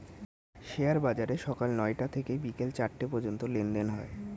share বাজারে সকাল নয়টা থেকে বিকেল চারটে পর্যন্ত লেনদেন হয়